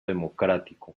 democrático